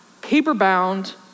paper-bound